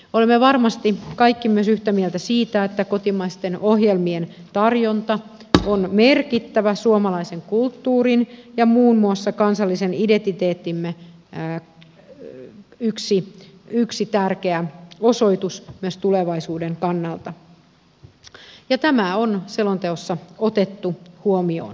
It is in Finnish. olemme varmasti kaikki myös yhtä mieltä siitä että kotimaisten ohjelmien tarjonta on merkittävä suomalaisen kulttuurin ja muun muassa kansallisen identiteettimme yksi tärkeä osoitus myös tulevaisuuden kannalta ja tämä on selonteossa otettu huomioon